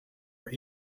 were